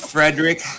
Frederick